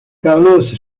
carlos